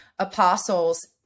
apostles